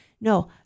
No